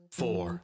four